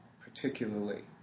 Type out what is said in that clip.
particularly